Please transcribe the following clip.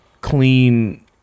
clean